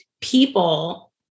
people